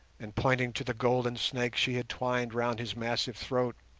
and pointing to the golden snake she had twined round his massive throat,